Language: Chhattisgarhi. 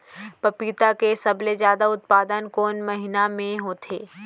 पपीता के सबले जादा उत्पादन कोन महीना में होथे?